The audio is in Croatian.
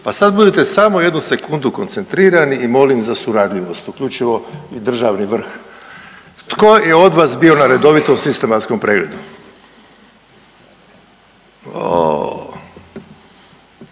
pa sad budite samo jednu sekundu koncentrirani i molim za suradljivost uključivo i državni vrh. Tko je od vas bio na redovitom sistematskom pregledu? O loše,